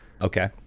Okay